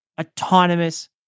autonomous